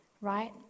Right